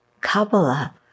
Kabbalah